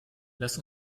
lass